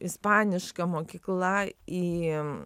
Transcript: ispaniška mokykla į